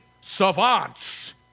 savants